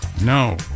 no